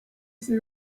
see